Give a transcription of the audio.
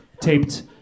taped